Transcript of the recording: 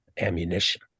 ammunition